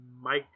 Mike